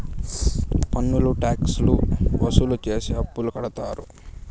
పన్నులు ట్యాక్స్ లు వసూలు చేసి అప్పులు కడతారు